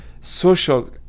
social